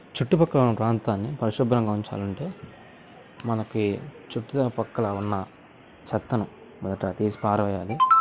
చుట్టు ప్రక్కలో ఉన్న ప్రాంతాన్ని పరిశుభ్రంగా ఉంచాలి అంటే మనకి చుట్టూ ప్రక్కల ఉన్న చెత్తను బయట తీసి పార వేయాలి